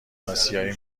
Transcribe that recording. آسیایی